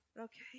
Okay